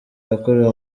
yakorewe